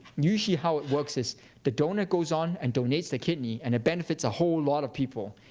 usually how it works is the donor goes on and donates their kidney, and it benefits a whole lot of people.